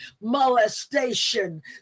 molestation